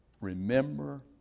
remember